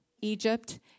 Egypt